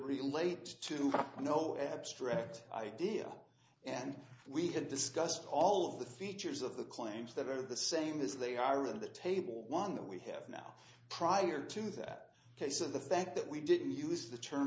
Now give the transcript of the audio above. relate to you know abstract idea and we had discussed all of the features of the claims that are the same as they are in the table one that we have now prior to that case of the fact that we didn't use the term